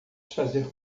fazer